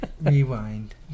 Rewind